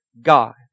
God